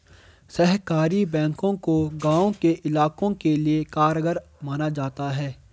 सहकारी बैंकों को गांव के इलाकों के लिये कारगर माना जाता है